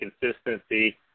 consistency